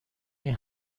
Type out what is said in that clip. این